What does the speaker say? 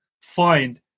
find